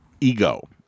ego